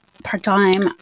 part-time